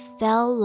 fell